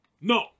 No